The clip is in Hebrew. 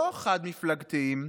לא חד-מפלגתיים,